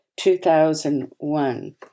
2001